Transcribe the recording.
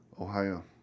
Ohio